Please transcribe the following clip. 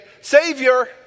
Savior